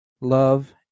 love